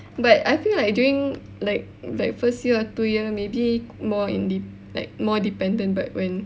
but I feel like during like like first year or two year maybe more inde~ like more dependent but when